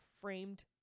framed